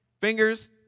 fingers